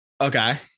Okay